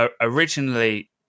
Originally